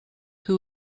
who